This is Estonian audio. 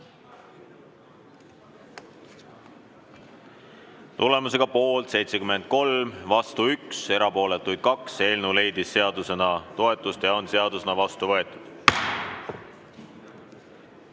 Tulemusega poolt 73, vastu 1 ja erapooletuid 2, leidis eelnõu toetust ja on seadusena vastu võetud.